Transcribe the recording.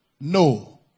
no